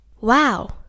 Wow